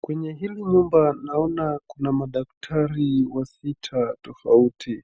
Kwenye hili nyumba naona kuna madaktari wasita tofauti.